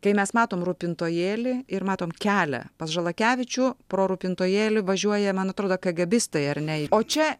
kai mes matom rūpintojėlį ir matom kelią pas žalakevičių pro rūpintojėlį važiuoja man atrodo kagėbistai ar ne o čia